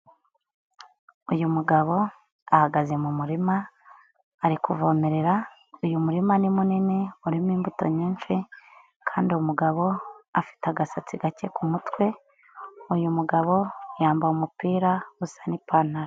Uyu mugabo ahagaze mu murima ari kuvomerera uyu murima ni munini urimo imbuto nyinshi kandi uyu mugabo afite agasatsi gake ku mutwe, uyu mugabo yambaye umupira usa n'ipantaro.